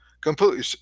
completely